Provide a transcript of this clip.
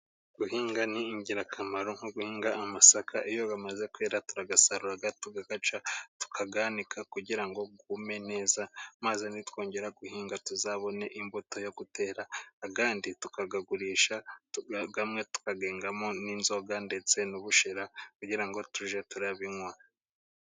Guhinga ni ingirakamaro nko guhinga amasaka, iyo amaze kwera turayasarura, tukayaca, tukayanika kugira ngo yume neza, maze nitwongera guhinga tuzabone imbuto yo gutera ayandi tukayagurisha, amwe tukayengamo inzoga ndetse n'ubushera kugira ngo tujye tubinywa.